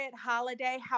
holiday